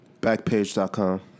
Backpage.com